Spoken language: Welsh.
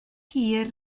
hir